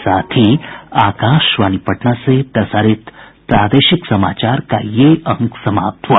इसके साथ ही आकाशवाणी पटना से प्रसारित प्रादेशिक समाचार का ये अंक समाप्त हुआ